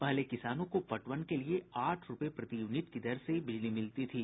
पहले किसानों को पटवन के लिए आठ रूपये प्रति यूनिट की दर से बिजली मिलती थी